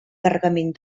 carregament